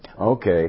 Okay